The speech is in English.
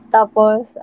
Tapos